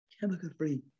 chemical-free